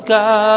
God